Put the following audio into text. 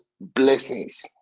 blessings